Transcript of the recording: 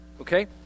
Okay